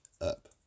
up